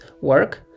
work